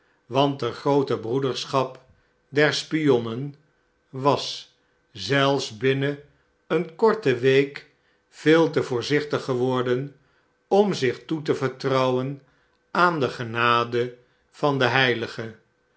want de groote broederschap der spionnen was zelfs binnen eene korte week veel te voorzichtig geworden om zich toe te vertrouwen aan de genade van den heilige